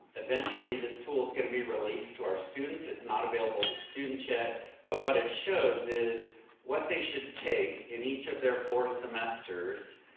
eventually this tool's gonna be released to our students, it's not available to students yet, but what it shows is what they should take in each of their four semesters,